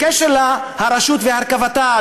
בקשר לרשות והרכבתה,